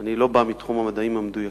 אני לא בא מתחום המדעים המדויקים,